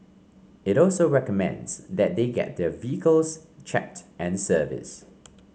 it also recommends that they get their vehicles checked and service